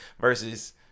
versus